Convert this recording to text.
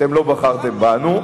אתם לא בחרתם בנו.